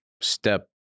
step